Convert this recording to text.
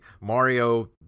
Mario